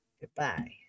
Goodbye